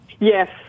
Yes